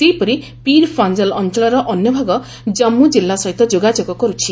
ସେହିପରି ପୀର ପାଞ୍ଜାଲ୍ ଅଞ୍ଚଳର ଅନ୍ୟ ଭାଗ ଜନ୍ମୁ ଜିଲ୍ଲା ସହତ ଯୋଗାଯୋଗ କରୁଛି